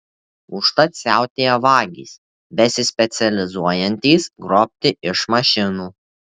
užtat siautėja vagys besispecializuojantys grobti iš mašinų